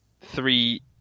three